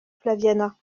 flaviana